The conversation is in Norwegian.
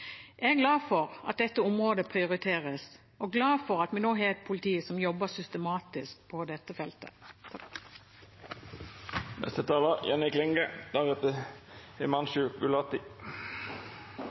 Jeg er glad for at dette området prioriteres og glad for at vi nå har et politi som jobber systematisk på dette feltet.